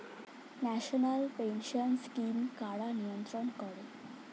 National pension scheme কারা নিয়ন্ত্রণ করে?